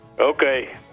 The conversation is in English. Okay